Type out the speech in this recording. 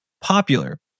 popular